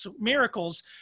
miracles